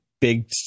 big